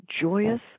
joyous